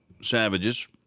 savages